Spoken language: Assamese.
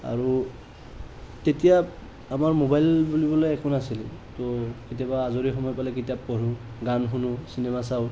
আৰু তেতিয়া আমাৰ মোবাইল বুলিবলৈ একো নাছিল ত কেতিয়াবা আজৰি সময় পালে কিতাপ পঢ়োঁ গান শোনো চিনেমা চাওঁ